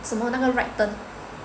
什么那个 right turn